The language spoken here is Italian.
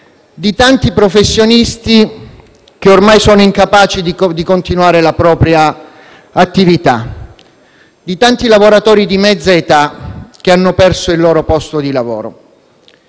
di tanti professionisti ormai incapaci di continuare la propria attività, di tanti lavoratori di mezza età che hanno perso il loro posto di lavoro.